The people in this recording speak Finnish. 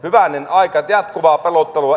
hyvänen aika jatkuvaa pelottelua